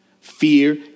fear